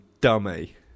Dummy